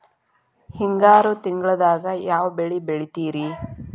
ಹಿಂಗಾರು ತಿಂಗಳದಾಗ ಯಾವ ಬೆಳೆ ಬೆಳಿತಿರಿ?